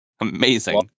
Amazing